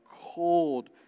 cold